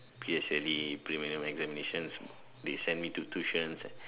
P_S_L_E preliminary examinations they sent me to tuition